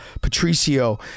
Patricio